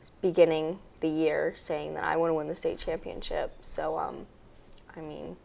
just beginning the year saying that i want to win the state championship so i mean